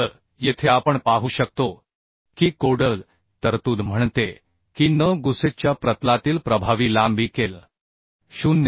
तर येथे आपण पाहू शकतो की कोडल तरतूद म्हणते की n गुसेटच्या प्रतलातील प्रभावी लांबी K L